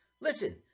Listen